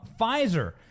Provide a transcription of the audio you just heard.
Pfizer